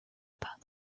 about